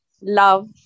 love